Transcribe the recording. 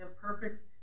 perfect